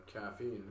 caffeine